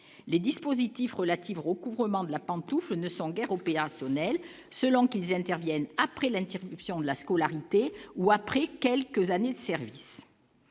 les dispositifs relative recouvrement de la pantoufle ne sont guère opérationnelles, selon qu'ils interviennent après l'interruption de la scolarité où, après quelques années de service,